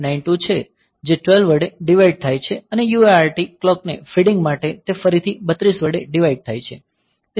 0592 છે જે 12 વડે ડિવાઈડ થાય છે અને UART ક્લોક ને ફીડિંગ માટે તે ફરીથી 32 વડે ડિવાઈડ થાય છે